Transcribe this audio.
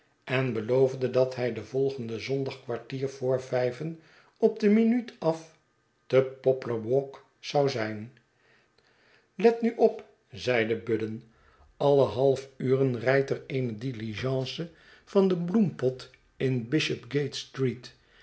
en beloofde dat hij den volgenden zondag kwartier voor vijven op de minuut af te poplar walk zou zijn let nu op zeide budden alle half uren rljdt er eene diligence van de bloempot in bishopgate street